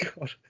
God